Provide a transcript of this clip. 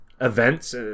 events